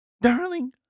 darling